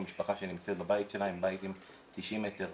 ואני חושב שבני ברק זה היה המעוז והמסה הגדולה ביותר של הנדבקים במסירות